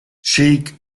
shaikh